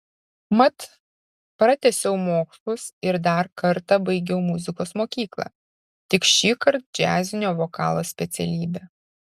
mat pratęsiau mokslus ir dar kartą baigiau muzikos mokyklą tik šįkart džiazinio vokalo specialybę